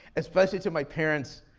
especially to my parents.